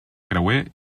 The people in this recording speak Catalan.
creuer